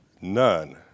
none